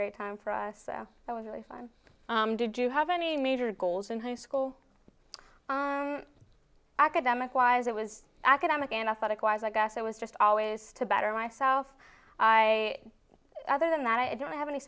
great time for us it was really fun did you have any major goals in high school academic wise it was academic and athletic wise i guess i was just always to better myself i other than that i don't have any